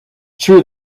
true